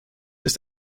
ist